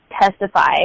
testify